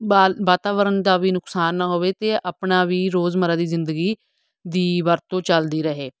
ਬਾਲ ਵਾਤਾਵਰਨ ਦਾ ਵੀ ਨੁਕਸਾਨ ਨਾ ਹੋਵੇ ਅਤੇ ਆਪਣਾ ਵੀ ਰੋਜ਼ਮੱਰਾ ਦੀ ਜ਼ਿੰਦਗੀ ਦੀ ਵਰਤੋਂ ਚਲਦੀ ਰਹੇ